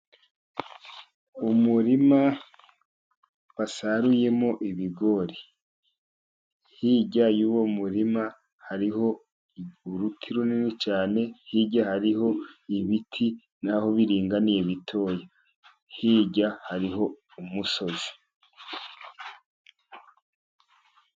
Umurima basaruyemo ibigori. Hirya y'uwo murima hariho uruti runini cyane, hirya hariho ibiti naho' biringaniye bitoya, hirya hariho umusozi.